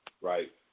right